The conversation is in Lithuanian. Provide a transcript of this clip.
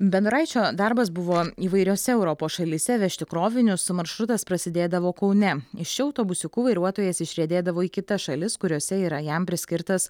bendoraičio darbas buvo įvairiose europos šalyse vežti krovinius maršrutas prasidėdavo kaune iš čia autobusiuku vairuotojas išriedėdavo į kitas šalis kuriose yra jam priskirtas